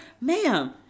Ma'am